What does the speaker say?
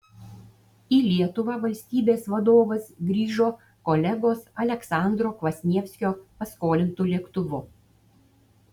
į lietuvą valstybės vadovas grįžo kolegos aleksandro kvasnievskio paskolintu lėktuvu